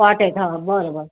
पहाटेच हा बरं बरं